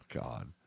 God